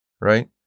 right